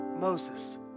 Moses